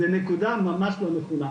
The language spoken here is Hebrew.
זו נקודה ממש לא נכונה.